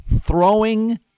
throwing